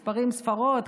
מספרים-ספרות,